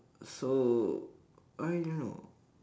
so I don't know